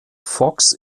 fox